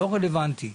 לא רלוונטי.